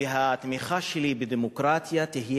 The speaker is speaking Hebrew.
ולומר שהתמיכה שלי בדמוקרטיה תהיה